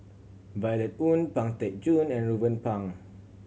Violet Oon Pang Teck Joon and Ruben Pang